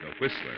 Whistler